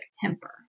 temper